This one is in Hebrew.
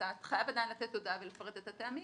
אתה חייב עדיין לתת הודעה ולפרט את הטעמים,